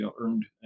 earned